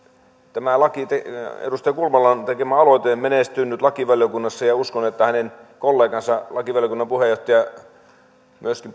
tämä edustaja kulmalan tekemä aloite menestyy nyt lakivaliokunnassa ja uskon että hänen kollegansa lakivaliokunnan puheenjohtaja ja myöskin